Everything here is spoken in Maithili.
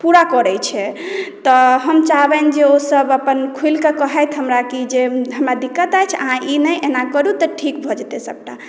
पूरा करै छै तऽ हम चाहबनि जे ओसभ अपन खुलिक कहैथ हमरा की जे हमरा दिक्कत अछि अहाँ ई नहि ऐना करू तऽ ठीक भऽ जेतै सभटा